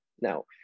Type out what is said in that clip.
Now